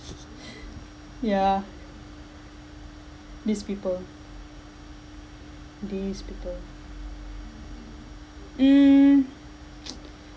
yeah these people these people mm